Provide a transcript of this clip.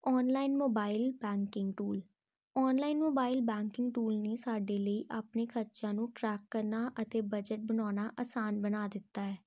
online mobile banking tool online mobile banking tool ਨੇ ਸਾਡੇ ਲਈ ਆਪਣੇ ਖਰਚਿਆਂ ਨੂੰ ਟਰੈਕਰ ਨਾਲ ਅਤੇ ਬਜਟ ਬਣਾਉਣਾ ਆਸਾਨ ਬਣਾ ਦਿੱਤਾ ਹੈ